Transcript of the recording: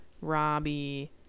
Robbie